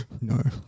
no